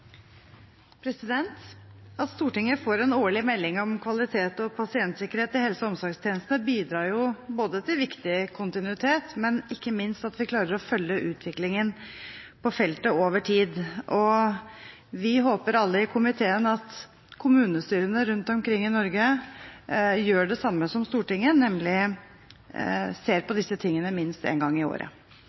At Stortinget får en årlig melding om kvalitet og pasientsikkerhet i helse- og omsorgstjenestene, bidrar både til viktig kontinuitet – og ikke minst – til at vi klarer å følge utviklingen på feltet over tid. Vi håper, alle i komiteen, at kommunestyrene rundt omkring i Norge gjør det samme som Stortinget, nemlig ser på disse tingene minst en gang i året.